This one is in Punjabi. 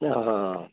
ਹਾਂ ਹਾਂ